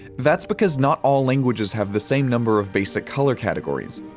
that's because not all languages have the same number of basic color categories.